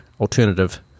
alternative